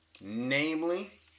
Namely